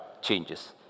changes